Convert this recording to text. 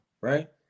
right